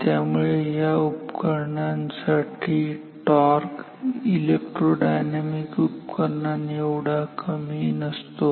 त्यामुळे या उपकरणांमध्ये टॉर्क इलेक्ट्रोडायनामिक उपकरणांएवढा कमी नसतो